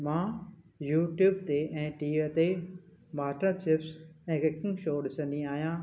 मां यूट्यूब ते ऐं टीवीअ ते मटर चेप ऐं कूकिंग शोस ॾिसंदी आहियां